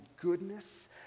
goodness